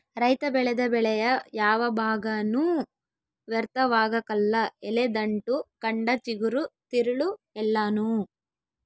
ರೈತ ಬೆಳೆದ ಬೆಳೆಯ ಯಾವ ಭಾಗನೂ ವ್ಯರ್ಥವಾಗಕಲ್ಲ ಎಲೆ ದಂಟು ಕಂಡ ಚಿಗುರು ತಿರುಳು ಎಲ್ಲಾನೂ